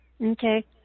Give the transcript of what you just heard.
okay